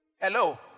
Hello